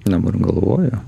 dabar galvoju